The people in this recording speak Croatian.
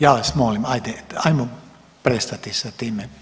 Ja vas molim hajmo prestati sa time.